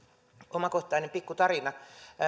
omakohtainen pikku tarina